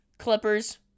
clippers